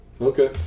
okay